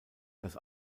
das